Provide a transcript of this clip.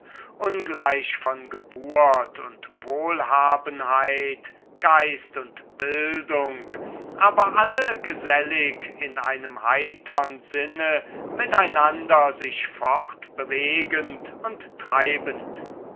ungleich von geburt und wohlhabenheit geist und bildung aber alle gesellig in einem heitern sinne miteinander einander sich fortbewegend und treibend